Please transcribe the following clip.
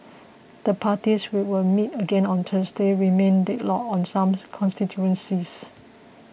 the parties which will meet again on Thursday remain deadlocked on some constituencies